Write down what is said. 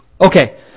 Okay